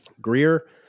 Greer